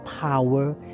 power